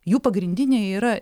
jų pagrindinė yra